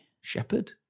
Shepherd